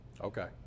Okay